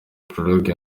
prologue